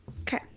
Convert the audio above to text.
Okay